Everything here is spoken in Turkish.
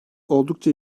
oldukça